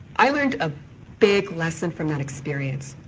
i learned a big lesson from that experience.